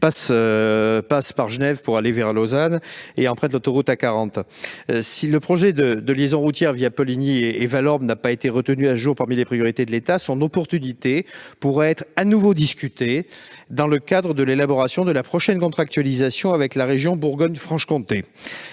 passe par Genève, en empruntant l'autoroute A40. Si le projet de liaison routière Poligny et Vallorbe n'a pas été retenu à ce jour parmi les priorités de l'État, son opportunité pourra être à nouveau discutée dans le cadre de l'élaboration de la prochaine contractualisation avec la région Bourgogne-Franche-Comté.